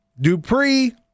Dupree